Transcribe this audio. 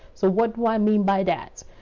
so what do i mean by that?